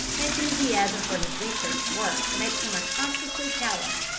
enthusiasm for his research work makes him unconsciously callous,